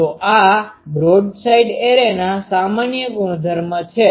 તેથી આ બ્રોડસાઇડ એરેના સામાન્ય ગુણધર્મો છે